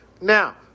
Now